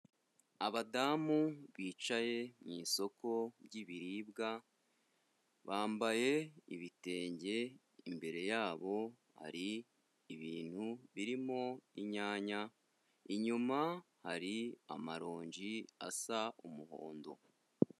Abadamu bicaye mu isoko ry'ibiribwa bambaye ibitenge imbere yabo hari ibintu birimo inyanya, inyuma hari amaronji asa umuhondo.